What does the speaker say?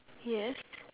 yes